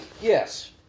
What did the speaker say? Yes